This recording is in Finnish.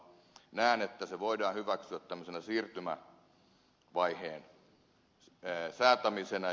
näen että se voidaan hyväksyä tämmöisenä siirtymävaiheen säätämisenä